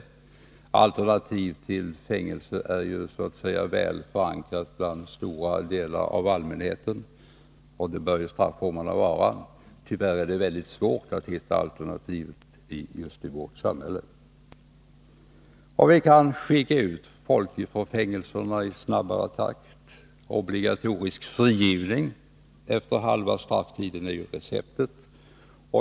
Tankarna på alternativ till fängelsestraff är väl förankrade bland stora delar av allmänheten — och det bör ju strafformerna vara. Tyvärr är det mycket svårt att finna alternativ i vårt samhälle. Vi kan också skicka ut folk från fängelserna i snabbare takt. Obligatorisk frigivning efter halva strafftiden heter det receptet.